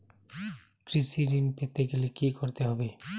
কৃষি ঋণ পেতে গেলে কি করতে হবে?